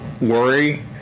worry